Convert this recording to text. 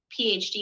PhD